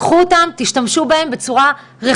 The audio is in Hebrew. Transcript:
לפי מה שזה